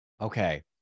Okay